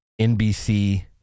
NBC